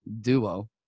duo